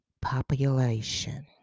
population